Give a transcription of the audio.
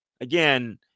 Again